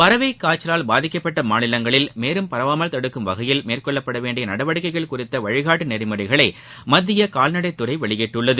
பறவை காய்ச்சலால் பாதிக்கப்பட்ட மாநிலங்களில் மேலும் பரவாமல் தடுக்கும் வகையில் மேற்கொள்ளப்பட வேண்டிய நடவடிக்கைகள் குறித்த வழினட்டு நெறிமுறைகளை மத்திய கால்நடைத்துறை வெளியிட்டுள்ளது